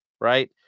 right